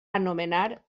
anomenar